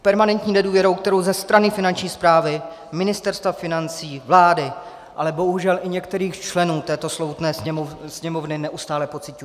Permanentní nedůvěrou, kterou ze strany Finanční správy, Ministerstva financí, vlády, ale bohužel i některých členů této slovutné Sněmovny neustále pociťují.